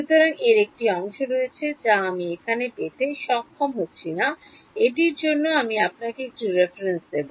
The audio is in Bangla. সুতরাং এর একটি অংশ রয়েছে যা আমি এখানে পেতে সক্ষম হচ্ছি না এটির জন্য আমি আপনাকে একটি রেফারেন্স দেব